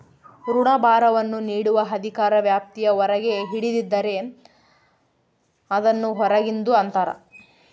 ಋಣಭಾರವನ್ನು ನೀಡುವ ಅಧಿಕಾರ ವ್ಯಾಪ್ತಿಯ ಹೊರಗೆ ಹಿಡಿದಿದ್ದರೆ, ಅದನ್ನು ಹೊರಗಿಂದು ಅಂತರ